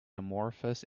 amorphous